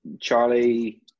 Charlie